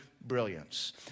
brilliance